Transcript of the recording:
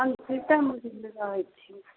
हम सीतामढ़ीमे रहैत छी